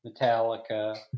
Metallica